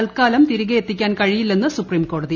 തൽക്കാലം തിരികെ എത്തിക്കാൻ കഴിയില്ലെന്ന് സുപ്രീം കോടതി